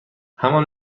همان